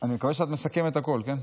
אני מקווה שאת מסכמת הכול, כן?